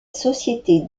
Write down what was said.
société